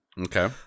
Okay